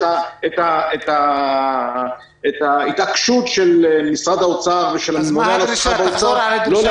את ההתעקשות של משרד האוצר ושל הממונה --- הבנו.